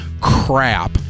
crap